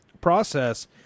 process